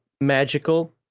magical